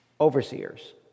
Overseers